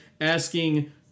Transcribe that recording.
asking